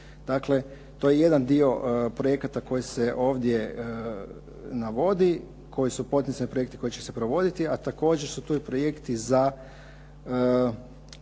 Dakle, to je jedan dio projekata koji se ovdje navodi, koji su potencijalni projekti koji će se provoditi. A također su tu i projekti za